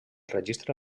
registre